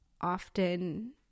often